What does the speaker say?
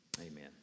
Amen